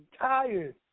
tired